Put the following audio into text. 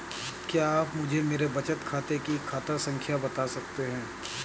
क्या आप मुझे मेरे बचत खाते की खाता संख्या बता सकते हैं?